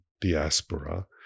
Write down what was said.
diaspora